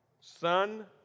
Son